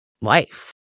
life